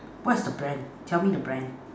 what is the brand tell me the brand